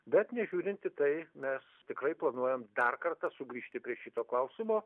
bet nežiūrint į tai mes tikrai planuojam dar kartą sugrįžti prie šito klausimo